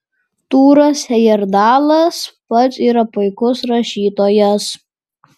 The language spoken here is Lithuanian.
tūras hejerdalas pats yra puikus rašytojas